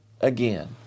again